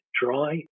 dry